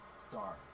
star